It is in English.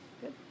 Good